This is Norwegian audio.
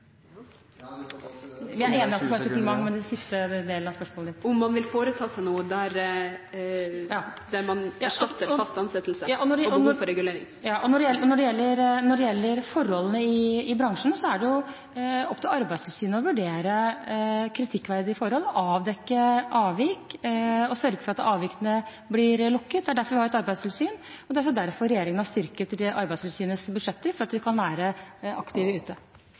da. Vi er enige om at det er et supplement, men det var den siste delen av spørsmålet ditt. Det er om man vil foreta seg noe der man ser at innleie erstatter fast ansettelse, og om behovet for regulering. Når det gjelder forholdene i bransjen, er det opp til Arbeidstilsynet å vurdere kritikkverdige forhold og avdekke avvik og sørge for at avvikene blir lukket. Det er derfor vi har et arbeidstilsyn, og det er derfor regjeringen har styrket Arbeidstilsynets budsjetter, for at man kan være aktive ute.